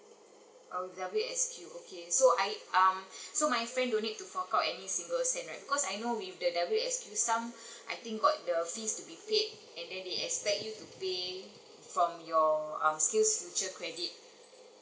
oh W_S_Q okay so I um so my friend no need to because I know with the W_S_Q some I think got the fees to be paid and then they expect you to pay from your um skills credit